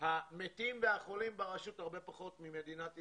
המתים והחולים ברשות הרבה פחות ממדינת ישראל,